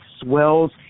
swells